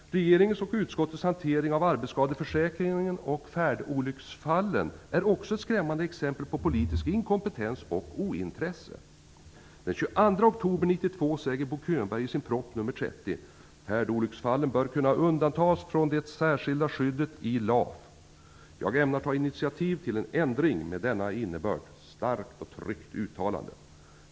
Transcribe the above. Regeringens och utskottets hantering av arbetsskadeförsäkringen och färdolycksfallen är också skrämmande exempel på politisk inkompetens och ointresse. Den 22 oktober 1992 säger Bo Könberg med anledning av sin proposition 30: Färdolycksfallen bör kunna undantas från det särskilda skyddet i LAF. Jag ämnar att ta initiativ till en ändring med denna innebörd. Det var ett starkt och tryggt uttalande.